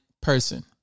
person